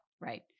Right